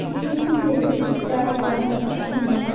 শিল্পীদের জায়গা এখন নেই